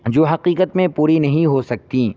جو حقیقت میں پوری نہیں ہو سکتیں